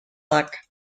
luck